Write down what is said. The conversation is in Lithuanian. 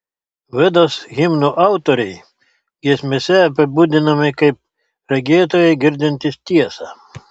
vedos himnų autoriai giesmėse apibūdinami kaip regėtojai girdintys tiesą